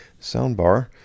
soundbar